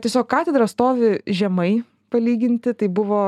tiesiog katedra stovi žemai palyginti tai buvo